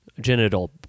genital